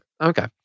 Okay